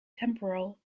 temporal